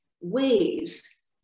ways